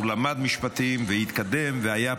הוא למד משפטים והתקדם והיה פוליטיקאי,